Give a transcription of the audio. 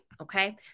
okay